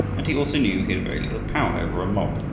and he also knew he had very little power over a mob.